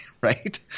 Right